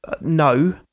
No